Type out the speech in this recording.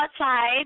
outside